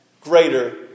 greater